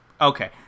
Okay